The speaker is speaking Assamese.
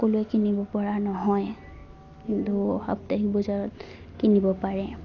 সকলোৱে কিনিব পৰা নহয় কিন্তু সাপ্তাহিক বজাৰত কিনিব পাৰে